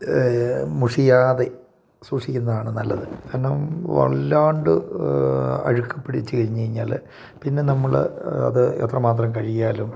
മുഷിയാതെ സൂഷിക്കുന്നതാണ് നല്ലത് കാരണം വല്ലാതെ അഴുക്കു പിടിച്ചു കഴിഞ്ഞു കഴിഞ്ഞാൽ പിന്നെ നമ്മൾ അത് എത്ര മാത്രം കഴികിയാലും